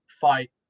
fight